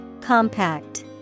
Compact